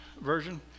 version